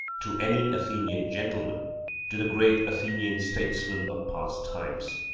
to any athenian gentleman to the great athenian statesmen of past times.